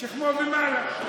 משכמו ומעלה.